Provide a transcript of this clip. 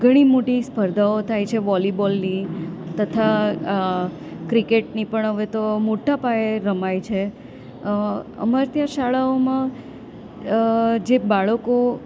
ઘણી મોટી સ્પર્ધાઓ થાય છે વોલીબૉલની તથા ક્રિકેટની પણ હવે તો મોટાપાયે રમાય છે અમારે ત્યાં શાળાઓમાં જે બાળકો